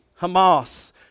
Hamas